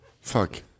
fuck